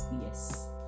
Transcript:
yes